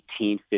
1850